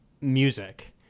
music